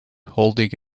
holding